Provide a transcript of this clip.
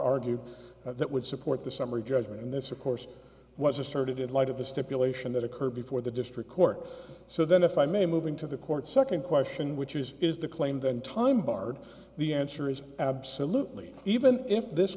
argued that would support the summary judgment and this of course was asserted in light of the stipulation that occurred before the district court so then if i may move into the court second question which is is the claim then time barred the answer is absolutely even if this